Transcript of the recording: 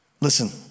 Listen